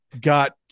got